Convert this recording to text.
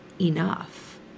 enough